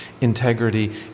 integrity